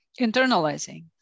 internalizing